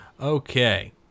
Okay